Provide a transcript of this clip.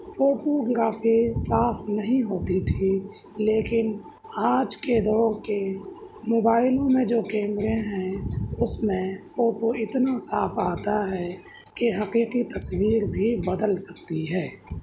photo گرافی صاف نہیں ہوتی تھی لیکن آج کے دور کے موبائلوں میں جو کیمرے ہیں اس میں فوٹو اتنا صاف آتا ہے کہ حقیقی تصویر بھی بدل سکتی ہے